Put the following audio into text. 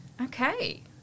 Okay